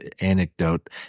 anecdote